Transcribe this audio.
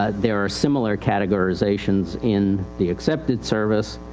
ah there are similar categorizations in the accepted service.